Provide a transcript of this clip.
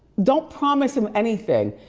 don't promise him anything,